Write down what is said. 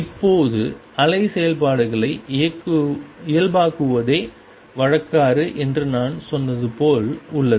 இப்போது அலை செயல்பாடுகளை இயல்பாக்குவதே வழக்காறு என்று நான் சொன்னது போல் உள்ளது